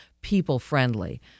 people-friendly